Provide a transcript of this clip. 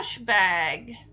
bag